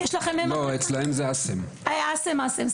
עאסם עאסם.